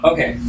Okay